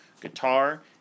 guitar